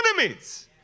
enemies